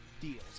deals